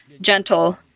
gentle